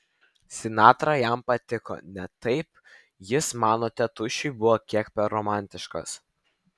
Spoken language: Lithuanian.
sinatra jam patiko ne taip jis mano tėtušiui buvo kiek per romantiškas